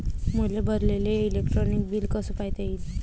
मले भरलेल electric bill कस पायता येईन?